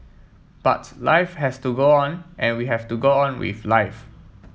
buts life has to go on and we have to go on with life